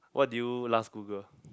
what did you last Google